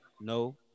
No